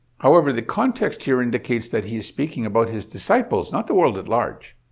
however, the context here indicates that he was speaking about his disciples, not the world at large.